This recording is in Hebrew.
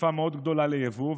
חשיפה מאוד גדולה ליבוא.